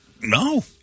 No